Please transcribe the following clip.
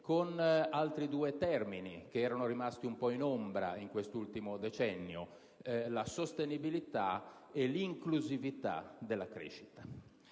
con altri due termini che erano rimasti un po' in ombra in quest'ultimo decennio, vale a dire la sostenibilità e l'inclusività della crescita.